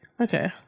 Okay